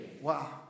Wow